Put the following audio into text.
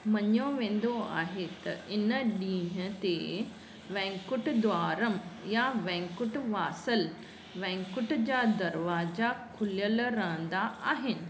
मञियो वेंदो आहे त इन ॾींहं ते वैकुंठ द्वारम या वैकुंठ वासल वैकुंठ जा दरवाजा खुलियल रहंदा आहिनि